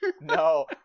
No